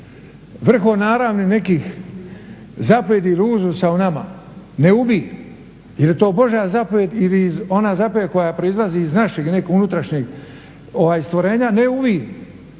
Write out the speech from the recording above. vrhonaravnih nekih zapovjedi ili uzusa o nama ne ubij, jer je to božja zapovijed ili ona zapovijed koja proizlazi iz našeg unutrašnjeg stvorenja ne ubij.